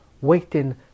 waiting